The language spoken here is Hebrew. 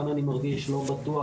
כאן אני מרגיש לא בטוח,